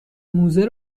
موزه